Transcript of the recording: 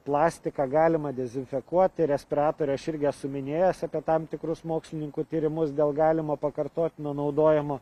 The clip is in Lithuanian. plastiką galima dezinfekuoti respiratorių aš irgi esu minėjęs apie tam tikrus mokslininkų tyrimus dėl galimo pakartotinio naudojimo